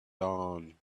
dawn